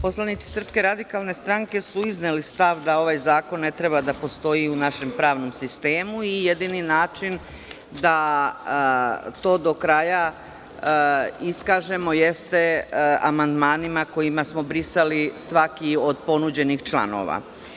Poslanici SRS su izneli stav da ovaj zakon ne treba da postoji u našem pravnom sistemu, i jedini način da to do kraja iskažemo jeste amandmanima kojima smo brisali svaki od ponuđenih članova.